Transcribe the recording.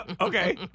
Okay